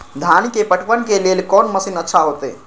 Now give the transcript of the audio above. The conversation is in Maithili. धान के पटवन के लेल कोन मशीन अच्छा होते?